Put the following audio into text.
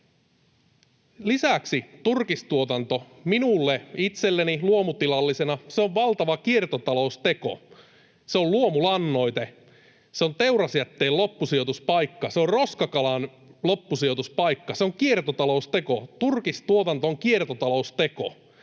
Lisäksi turkistuotanto minulle itselleni luomutilallisena on valtava kiertotalousteko. Se on luomulannoite, se on teurasjätteen loppusijoituspaikka, se on roskakalan loppusijoituspaikka, se on kiertotalousteko — turkistuotanto on kiertotalousteko.